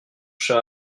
cher